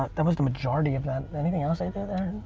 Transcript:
that was the majority of that. anything else i did there?